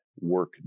work